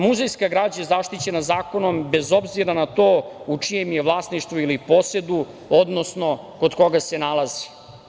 Muzejska građa je zaštićena zakonom bez obzira na to u čijem je vlasništvu ili posedu, odnosno kod koga se nalazi.